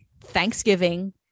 Thanksgiving